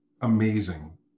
amazing